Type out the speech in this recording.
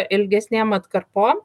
ilgesnėm atkarpom